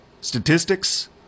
Statistics